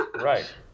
Right